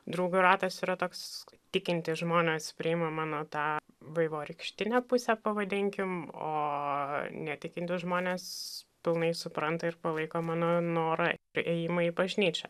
draugų ratas yra toks kad tikintys žmonės priima mano tą vaivorykštinę pusę pavadinkim o netikintys žmonės pilnai supranta ir palaiko mano norą ėjimo į bažnyčią